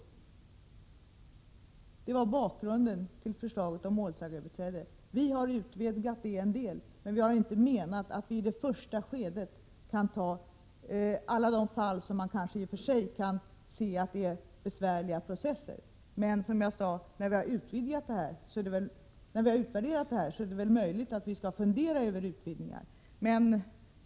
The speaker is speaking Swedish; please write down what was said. Detta var alltså bakgrunden till förslaget om målsägandebiträde. Vi har utvidgat det en del, men menar att vi i det första skedet inte kan ta alla de fall som i och för sig kan leda till besvärliga processer. När vi har gjort en utvärdering är det möjligt att vi kommer att fundera över utvidgningar.